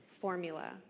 formula